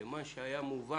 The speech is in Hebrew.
לבין מה שהיה מובן,